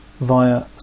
via